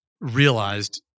realized